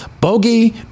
Bogey